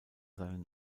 seinen